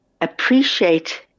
appreciate